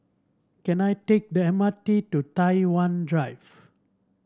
can I take the M R T to Tai Wan Drive